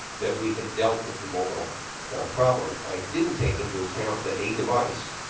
that we had dealt with the mobile problem. i didn't take into account that a device,